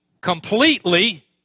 completely